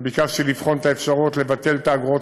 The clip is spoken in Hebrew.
וביקשתי לבחון את האפשרות לבטל את האגרות